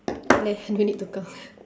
left don't need to count